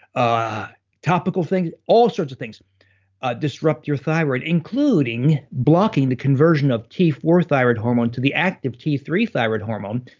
ah topical things, all sorts of things ah disrupt your thyroid including blocking the conversion of t four thyroid hormone to the active t three thyroid hormone,